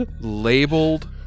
labeled